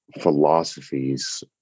philosophies